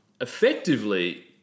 effectively